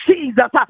Jesus